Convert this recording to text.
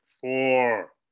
four